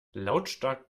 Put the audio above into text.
lautstark